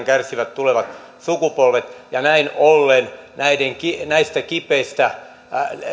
kärsivät tulevat sukupolvet ja näin ollen näistä kipeistä